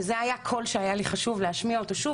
וזה היה קול שהיה לי חשוב להשמיע אותו שוב